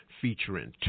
featuring